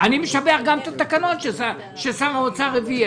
אני משבח גם את התקנות ששר האוצר הביא.